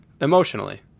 emotionally